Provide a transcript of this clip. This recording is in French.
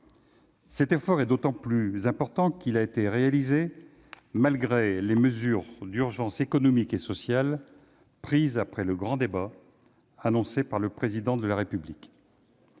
Cet effort est d'autant plus important qu'il a été accompli malgré les mesures d'urgence économiques et sociales prises après le grand débat, annoncé par le Président de la République.